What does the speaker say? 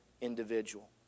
individual